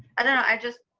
and i just,